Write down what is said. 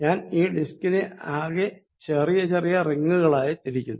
ഞാൻ ഈ ഡിസ്കിനെ ആകെ ചെറിയ ചെറിയ റിങ്ങുകളായി തിരിക്കുന്നു